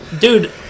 dude